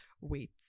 Wait